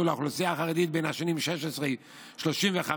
לאוכלוסייה החרדית בין השנים 2016 ל-2035,